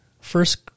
first